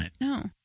No